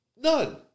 None